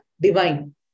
divine